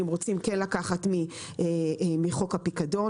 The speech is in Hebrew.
אנחנו כן רוצים לקחת מחשבון הפיקדון,